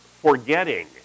Forgetting